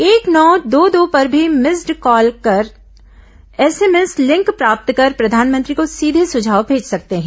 एक नौ दो दो पर भी मिस्ड कॉल देकर एसएमएस लिंक प्राप्त कर प्रधानमंत्री को सीघे सुझाव भेज सकते हैं